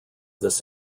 this